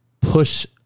push